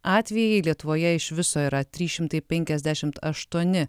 atvejai lietuvoje iš viso yra trys šimtai penkiasdešimt aštuoni